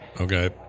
Okay